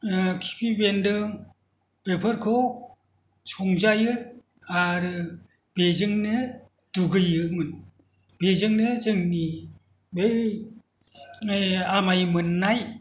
खिफि बेन्दों बेफोरखौ संजायो आरो बेजोंनो दुगैयोमोन बेजोंनो जोंनि बै आमाय मोननाय